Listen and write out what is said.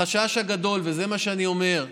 החשש הגדול, וזה מה שאני אומר,